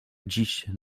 dzisiaj